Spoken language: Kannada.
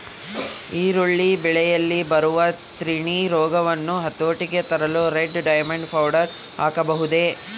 ಈರುಳ್ಳಿ ಬೆಳೆಯಲ್ಲಿ ಬರುವ ತಿರಣಿ ರೋಗವನ್ನು ಹತೋಟಿಗೆ ತರಲು ರೆಡ್ ಡೈಮಂಡ್ ಪೌಡರ್ ಹಾಕಬಹುದೇ?